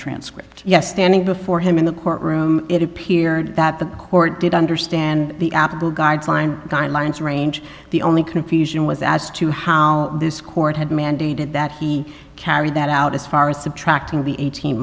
transcript yes standing before him in the courtroom it appeared that the court did understand the apple guideline guidelines range the only confusion was as to how this court had mandated that he carried that out as far as subtracting the eighteen